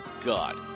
God